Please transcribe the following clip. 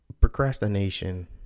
procrastination